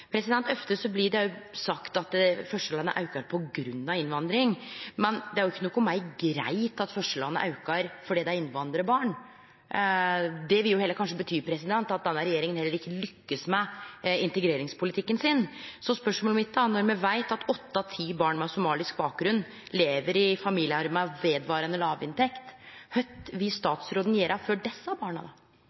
Ofte blir det òg sagt at forskjellane aukar på grunn av innvandring. Men det er jo ikkje meir greitt at forskjellane aukar fordi det er innvandrarbarn. Det vil jo heller kanskje bety at denne regjeringa heller ikkje lykkast med integreringspolitikken sin. Spørsmålet mitt er: Når me veit at åtte av ti barn med somalisk bakgrunn lever i familiar med vedvarande låg inntekt – kva vil statsråden gjere for dei barna?